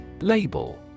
Label